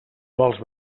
vols